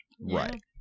Right